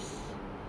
ya